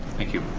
thank you.